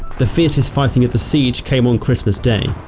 the fiercest fighting at the siege came on christmas day,